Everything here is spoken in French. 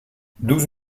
douze